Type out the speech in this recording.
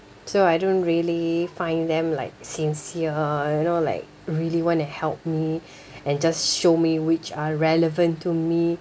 so I don't really find them like sincere you know like really wanna help me and just show me which are relevant to me